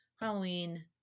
Halloween